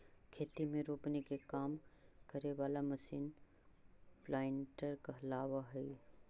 खेती में रोपनी के काम करे वाला मशीन प्लांटर कहलावऽ हई